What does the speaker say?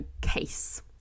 case